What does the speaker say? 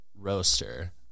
roaster